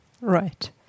Right